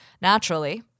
Naturally